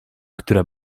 która